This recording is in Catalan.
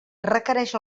requereix